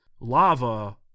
lava